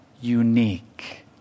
unique